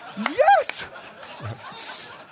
Yes